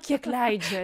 kiek leidžia